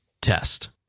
test